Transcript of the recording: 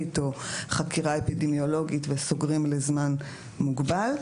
או חקירה אפידמיולוגית וסוגרים לזמן מוגבל,